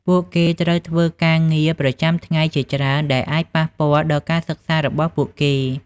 ពួកគេត្រូវធ្វើការងារប្រចាំថ្ងៃជាច្រើនដែលអាចប៉ះពាល់ដល់ការសិក្សារបស់ពួកគេ។